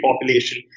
population